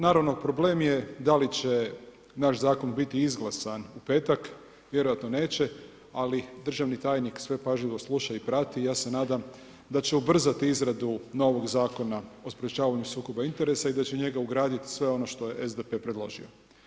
Naravno, problem je da li će naš zakon biti izglasan u petak, vjerojatno neće ali državni tajnik sve pažljivo sluša i prati, ja se nadam da će ubrzati izradu novog Zakona o sprječavanju sukoba interesa i da će u njega ugraditi sve ono što je SDP predložio.